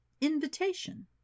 invitation